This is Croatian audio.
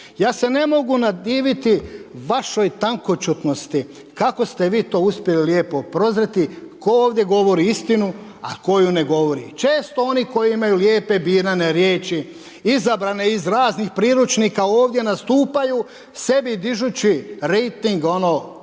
Ja se ne mogu nadiviti vašoj tankoćutnosti kako ste vi to uspjeli lijepo prozreti tko ovdje govori istinu, a tko ju ne govori. Često oni koji imaju lijepe birane riječi izabrane iz raznih priručnika ovdje nastupaju sebi dižući reiting i